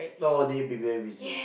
nowaday will be very busy